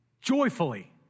joyfully